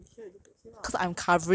from from here it looks okay lah